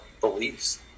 beliefs